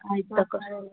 ಆಯ್ತು ತಕೋರಿ